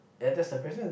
ya that's the question